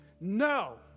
No